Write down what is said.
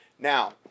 Now